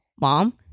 mom